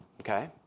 Okay